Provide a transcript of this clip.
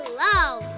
love